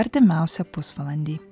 artimiausią pusvalandį